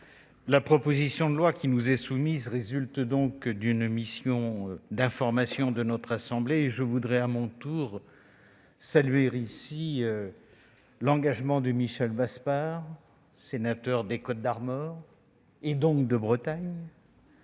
la proposition de loi qui nous est soumise résulte d'une mission d'information de notre assemblée et je voudrais, à mon tour, saluer l'engagement de Michel Vaspart, sénateur des Côtes-d'Armor. La Bretagne,